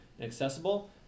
accessible